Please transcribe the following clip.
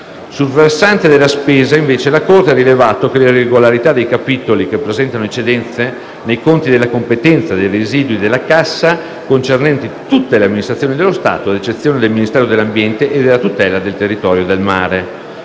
Sul versante della spesa, invece, la Corte ha rilevato le irregolarità dei capitoli che presentano eccedenze nei conti della competenza, dei residui e della cassa, concernenti tutte le amministrazioni dello Stato, ad eccezione del Ministero dell'ambiente e della tutela del territorio e del mare.